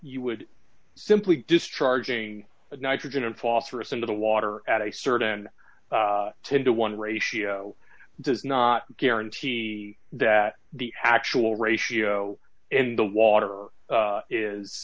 you would simply discharging nitrogen and phosphorus into the water at a certain ten to one ratio does not guarantee that the actual ratio in the water is is